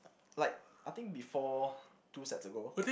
like I think before two sets ago